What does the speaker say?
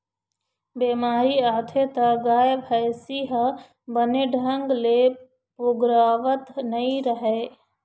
बेमारी आथे त गाय, भइसी ह बने ढंग ले पोगरावत नइ रहय